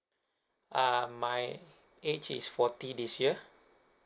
uh my age is forty this year